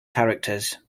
characters